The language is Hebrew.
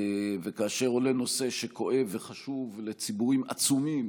וכאשר עולה נושא שכואב וחשוב לציבורים עצומים,